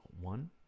one